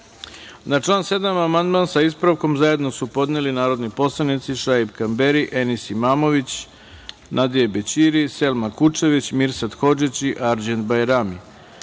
član 7. amandman sa ispravkom, zajedno su podneli narodni poslanici: Šaip Kamberi, Enis Imamović, Nadije Bećiri, Selma Kučević, Mirsad Hodžić i Arđend Bajrami. Primili